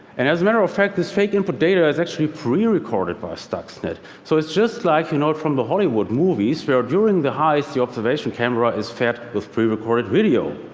and as a matter of fact, this fake input data is actually prerecorded by stuxnet. so it's just like you know from the hollywood movies where during the heist, the observation camera is fed with prerecorded video.